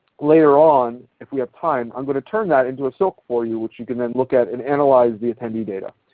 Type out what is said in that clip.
layer on if we have time, i'm going to turn that into a silk for you which you can then look at and analyze the attendee data.